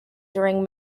during